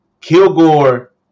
Kilgore